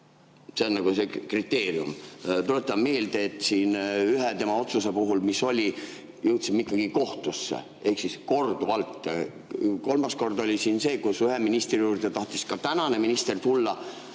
See on nagu kriteerium. Tuletan meelde, et siin ühe tema otsuse puhul, mis oli, jõudsime ikkagi kohtusse. Ehk siis korduvalt. Kolmas kord oli siin see, kus ühe ministri juurde tahtis ka tänane minister tulla